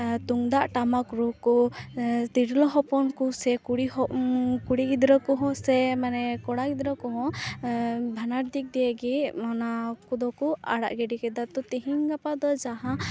ᱛᱩᱢᱫᱟᱜ ᱴᱟᱢᱟᱠ ᱨᱩ ᱠᱚ ᱛᱤᱨᱞᱟᱹ ᱦᱚᱯᱚᱱ ᱠᱚᱥᱮ ᱠᱩᱲᱤ ᱠᱩᱲᱤ ᱜᱤᱫᱽᱨᱟᱹ ᱠᱚᱦᱚᱸ ᱥᱮ ᱢᱟᱱᱮ ᱠᱚᱲᱟ ᱜᱤᱫᱽᱨᱟᱹ ᱠᱚᱦᱚᱸ ᱵᱟᱱᱟᱨ ᱫᱤᱠ ᱫᱤᱭᱮ ᱜᱮ ᱚᱱᱟ ᱠᱚᱫᱚ ᱠᱚ ᱟᱲᱟᱜ ᱜᱤᱰᱤ ᱠᱮᱫᱟ ᱛᱚ ᱛᱮᱦᱮᱧ ᱜᱟᱯᱟ ᱫᱚ ᱡᱟᱦᱟᱸ